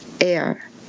air